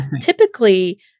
typically